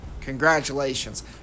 congratulations